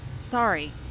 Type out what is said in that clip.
sorry